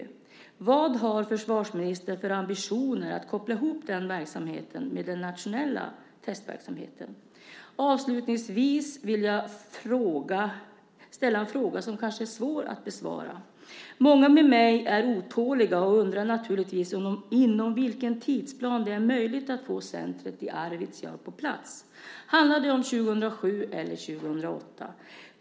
Vad har försvarsministern för ambitioner att koppla ihop den verksamheten med den nationella testverksamheten? Avslutningsvis vill jag ställa en fråga som kanske är svår att besvara. Många med mig är otåliga och undrar naturligtvis inom vilken tidsplan det är möjligt att få centret i Arvidsjaur på plats. Handlar det om 2007 eller 2008?